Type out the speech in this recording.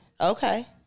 Okay